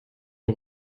auf